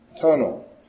tunnel